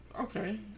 Okay